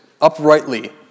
Uprightly